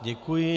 Děkuji.